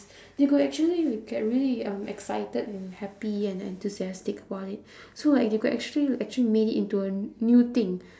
they could actually re~ get really um excited and happy and enthusiastic about it so like they could actually actually made it into a n~ new thing